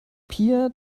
pia